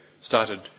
started